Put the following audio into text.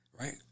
Right